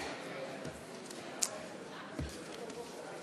לשנת הכספים 2017, נתקבל.